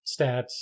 stats